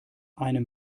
einem